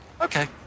Okay